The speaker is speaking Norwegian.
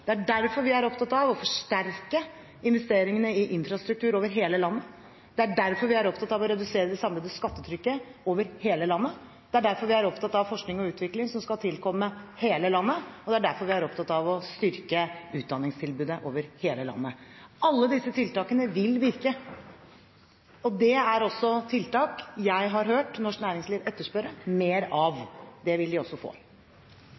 Det er derfor vi er opptatt av å forsterke investeringene i infrastruktur over hele landet, det er derfor vi er opptatt av å redusere det samlede skattetrykket over hele landet, det er derfor vi er opptatt av forskning og utvikling som skal tilkomme hele landet, og det er derfor vi er opptatt av å styrke utdanningstilbudet over hele landet. Alle disse tiltakene vil virke. Og det er tiltak jeg har hørt norsk næringsliv etterspørre mer av. Det vil de også få.